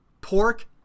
pork